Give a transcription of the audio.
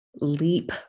leap